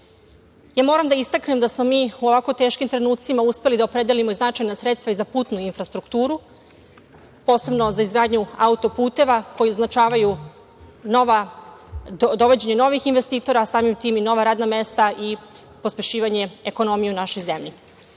zemlji. Moram da istaknem da smo mi u ovako teškim trenucima uspeli da opredelimo i značajna sredstva za putnu infrastrukturu, posebno za izgradnju auto-puteva, koji označavaju dovođenje novih investitora, a samim tim i nova radna mesta i pospešivanje ekonomije u našoj zemlji. Posebno